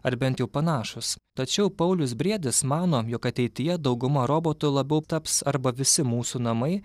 ar bent jau panašūs tačiau paulius briedis mano jog ateityje dauguma robotų labiau taps arba visi mūsų namai